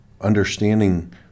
understanding